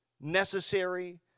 necessary